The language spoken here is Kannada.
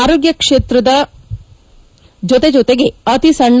ಆರೋಗ್ಯ ಕ್ಷೇತ್ರದ ಜೊತೆ ಜೊತೆಗೆ ಅತಿಸಣ್ಣ